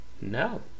No